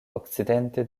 okcidente